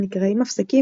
הנקראים מפסקים,